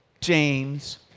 James